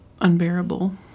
unbearable